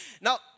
Now